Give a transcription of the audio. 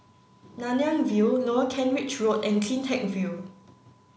Nanyang View Lower Kent Ridge Road and CleanTech View